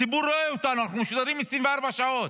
הציבור רואה אותנו, אנחנו משודרים 24 שעות.